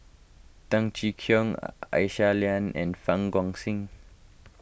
Tan Cheng Kee Aisyah Lyana and Fang Guixiang